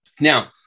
Now